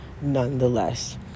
nonetheless